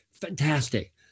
Fantastic